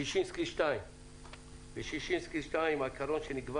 ששינסקי 2. העיקרון שנקבע